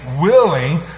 willing